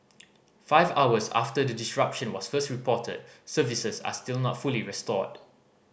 five hours after the disruption was first reported services are still not fully restored